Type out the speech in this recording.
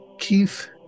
Keith